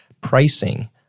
pricing